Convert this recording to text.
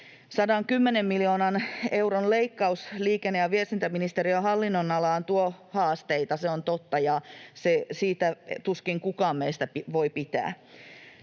110 miljoonan euron leikkaus liikenne‑ ja viestintäministeriön hallinnonalaan tuo haasteita, se on totta, ja siitä tuskin kukaan meistä voi pitää.